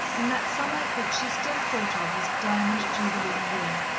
in that summer that she still thought of as diamond jubilee year.